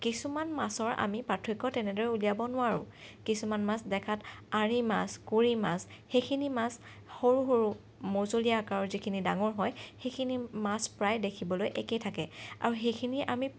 কিছুমান মাছৰ আমি পাৰ্থক্য তেনেদৰে উলিয়াব নোৱাৰো কিছুমান মাছ দেখাত আৰি মাছ কুৰি মাছ সেইখিনি মাছ সৰু সৰু মজলীয়া আকাৰৰ যিখিনি ডাঙৰ হয় সেইখিনি মাছ প্ৰায় দেখিবলৈ একেই থাকে আৰু সেইখিনি আমি